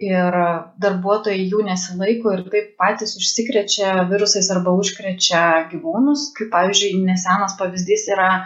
ir darbuotojai jų nesilaiko ir taip patys užsikrečia virusais arba užkrečia gyvūnus kaip pavyzdžiui nesenas pavyzdys yra